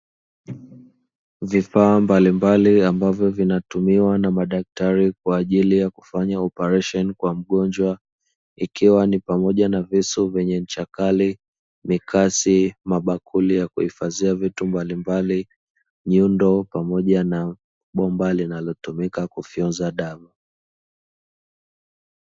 Vifaa mbalimbali ambazo zinatumiwa na madaktari kwa ajili ya kufanya operesheni kwa mgonjwa, ikiwa ni pamoja na visu vyenye ncha kali mikasi mabakuli ya kuhifadhia vitu mbalimbali nyundo pamoja na bomba linalotumika kufyonza dawa.